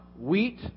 wheat